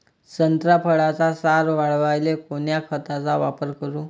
संत्रा फळाचा सार वाढवायले कोन्या खताचा वापर करू?